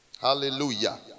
Hallelujah